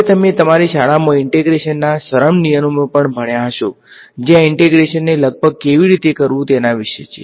હવે તમે તમારી શાળામાં ઈંટેગ્રેશનના સરળ નિયમોનો પણ ભણ્યા હશો જે આ ઈંટેગ્રેશનને લગભગ કેવી રીતે કરવું તે વિશે છે